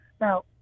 Now